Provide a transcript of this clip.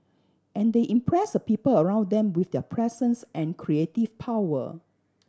and they impress the people around them with their presence and creative power